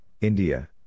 India